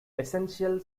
essential